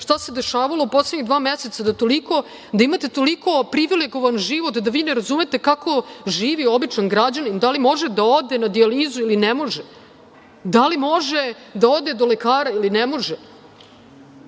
šta se dešavalo u poslednjih dva meseca, da imate toliko privilegovan život da vi ne razumete kako živi običan građanin, da li može da ode na dijalizu ili ne može. Da li može da ode do lekara ili ne može? Samo